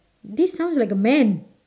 this sounds like a man